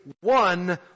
one